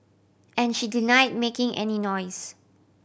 and she deny making any noise